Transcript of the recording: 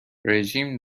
رژیم